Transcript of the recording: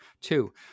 Two